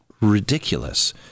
ridiculous